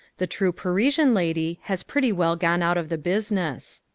the true parisian lady has pretty well gone out of the business.